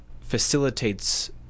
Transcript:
facilitates